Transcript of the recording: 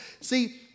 See